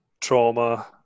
trauma